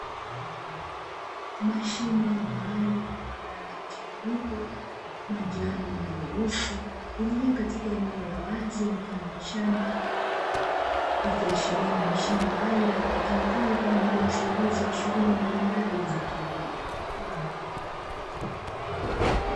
Mashine maalumu yenye rangi mchanganyiko ya njano na nyeusi iliyo katika eneo la wazi mfano wa shamba, ikiashiria ni mashine maalumu itumikayo kwa ajili ya usaidizi wa shughuli mbalimbali za kilimo.